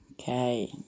okay